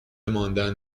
ماندن